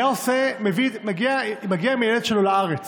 היה מגיע עם הילד שלו לארץ